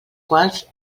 quals